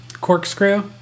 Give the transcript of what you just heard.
corkscrew